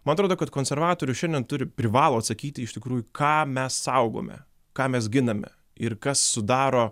man atrodo kad konservatorius šiandien turi privalo atsakyti iš tikrųjų ką mes saugome ką mes giname ir kas sudaro